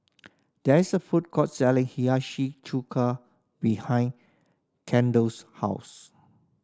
there is a food court selling Hiyashi Chuka behind Kendall's house